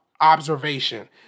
observation